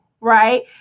right